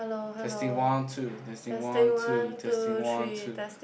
testing one two testing one two testing one two